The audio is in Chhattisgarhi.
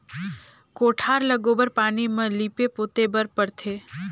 कोठार ल गोबर पानी म लीपे पोते बर परथे